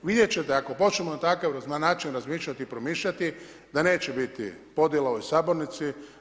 Vidjet ćete ako počnemo na takav način razmišljati i promišljati da neće biti podjela u ovoj sabornici.